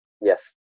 Yes